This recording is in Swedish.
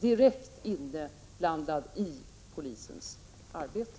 direkt inblandad i polisens arbete.